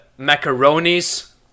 macaronis